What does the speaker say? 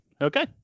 Okay